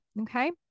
Okay